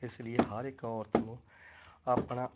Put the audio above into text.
ਇਸ ਲਈ ਹਰ ਇੱਕ ਔਰਤ ਨੂੰ ਆਪਣਾ